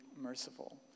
merciful